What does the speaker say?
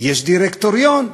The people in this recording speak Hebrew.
יש דירקטוריון.